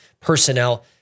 personnel